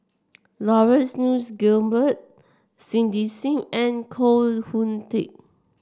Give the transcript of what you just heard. Laurence Nunns Guillemard Cindy Sim and Koh Hoon Teck